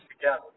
together